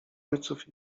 ojców